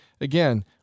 again